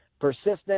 persistent